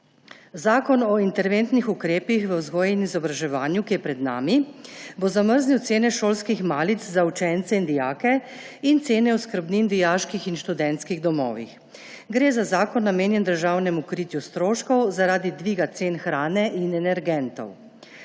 Zakon o interventnih ukrepih v vzgoji in izobraževanju, ki je pred nami, bo zamrznil cene šolskih malic za učence in dijake ter cene oskrbnin v dijaških in študentskih domovih. Gre za zakon namenjen državnemu kritju stroškov zaradi dviga cen hrane in energentov.